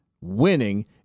Winning